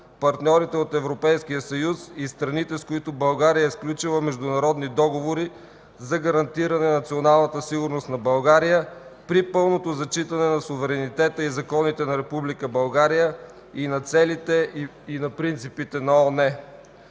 партньорите от Европейския съюз и страните, с които България е сключила международни договори, за гарантиране националната сигурност на България при пълното зачитане на суверенитета и законите на Република България, на целите и на принципите на ООН.